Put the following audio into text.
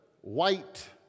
white